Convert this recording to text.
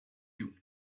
you